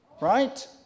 Right